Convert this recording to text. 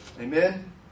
Amen